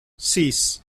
sis